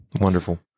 Wonderful